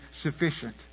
sufficient